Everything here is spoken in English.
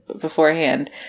beforehand